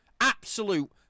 Absolute